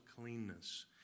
cleanness